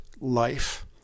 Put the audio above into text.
life